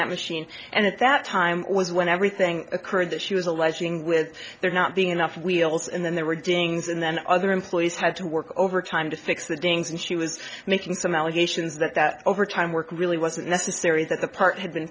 that machine and at that time was when everything occurred that she was alleging with there not being enough wheels and then there were dings and then other employees had to work overtime to fix the games and she was making some allegations that that overtime work really wasn't necessary that the part had been